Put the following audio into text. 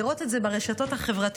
לראות את זה ברשתות החברתיות,